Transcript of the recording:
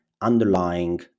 underlying